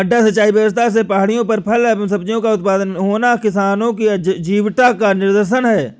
मड्डा सिंचाई व्यवस्था से पहाड़ियों पर फल एवं सब्जियों का उत्पादन होना किसानों की जीवटता का निदर्शन है